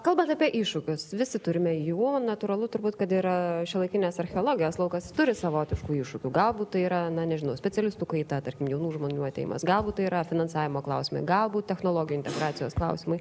kalbant apie iššūkius visi turime jų natūralu turbūt kad yra šiuolaikinės archeologijos laukas turi savotiškų iššūkių galbūt tai yra na nežinau specialistų kaita tarkim jaunų žmonių atėjimas galbūt tai yra finansavimo klausimai galbūt technologių integracijos klausimai